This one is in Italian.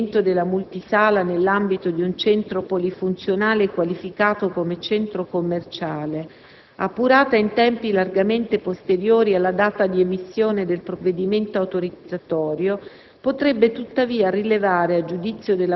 La circostanza del mancato inserimento della multisala nell'ambito di un centro polifunzionale qualificato come centro commerciale, appurata in tempi largamente posteriori alla data di emissione del provvedimento autorizzatorio,